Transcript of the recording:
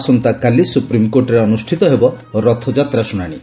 ଆସନ୍ତାକାଲି ସ୍ପ୍ରିମ୍କୋର୍ଟରେ ଅନୁଷ୍ଠିତ ହେବ ରଥଯାତ୍ରା ଶ୍ରୁଣାଣି